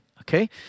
okay